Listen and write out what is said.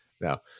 now